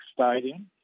stadium